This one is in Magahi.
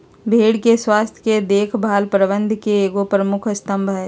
भेड़ के स्वास्थ के देख भाल प्रबंधन के एगो प्रमुख स्तम्भ हइ